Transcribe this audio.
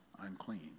unclean